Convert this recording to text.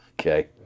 Okay